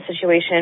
situation